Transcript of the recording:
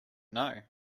know